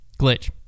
Glitch